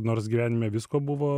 nors gyvenime visko buvo